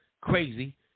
crazy